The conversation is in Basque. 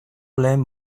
lehen